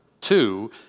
Two